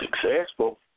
successful